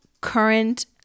current